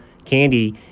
Candy